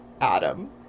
Adam